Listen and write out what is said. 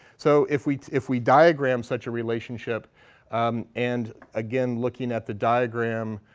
so if we if we diagram such a relationship and again, looking at the diagram